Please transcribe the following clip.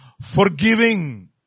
forgiving